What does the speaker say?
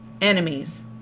enemies